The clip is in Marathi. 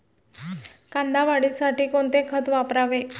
कांदा वाढीसाठी कोणते खत वापरावे?